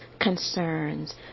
concerns